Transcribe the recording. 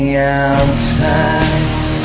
outside